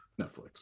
Netflix